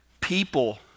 people